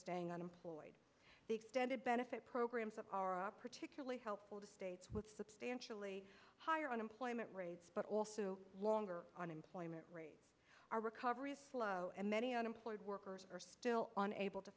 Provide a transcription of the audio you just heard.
staying unemployed the extended benefit programs that are up particularly helpful to states with substantially higher unemployment rates but also longer unemployment rate our recovery many unemployed workers are still on able to